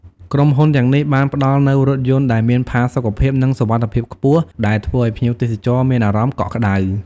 ក្រុមហ៊ុនទាំងនេះបានផ្តល់នូវរថយន្តដែលមានផាសុកភាពនិងសុវត្ថិភាពខ្ពស់ដែលធ្វើឱ្យភ្ញៀវទេសចរមានអារម្មណ៍កក់ក្តៅ។